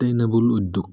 stainable উদ্যোগ